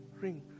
ring